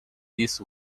this